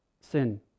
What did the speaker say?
sin